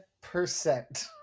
percent